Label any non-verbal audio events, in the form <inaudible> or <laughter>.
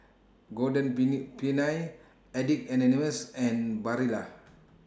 Golden <unintelligible> Peony Addicts Anonymous and Barilla